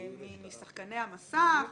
משחקני המסך,